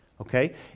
okay